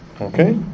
Okay